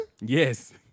yes